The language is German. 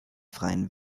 freien